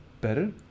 better